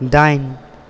दाइन